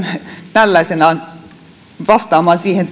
tällaisenaan vastaamaan siihen